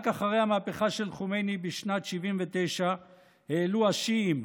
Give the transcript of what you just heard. רק אחרי המהפכה של חומייני בשנת 1979 העלו השיעים,